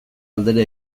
aldera